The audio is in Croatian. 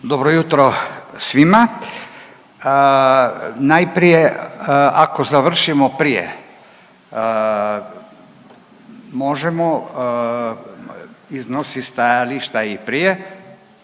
Dobro jutro svima. Najprije ako završimo prije možemo iznosit stajališta i prije,